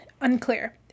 Unclear